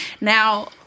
Now